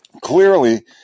Clearly